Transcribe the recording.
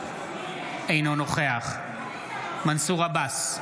אינו נוכח מנסור עבאס,